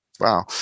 Wow